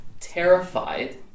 Terrified